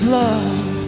love